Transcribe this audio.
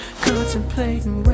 contemplating